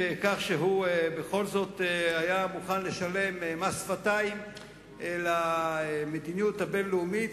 בכך שהוא בכל זאת היה מוכן לשלם מס שפתיים למדיניות הבין-לאומית,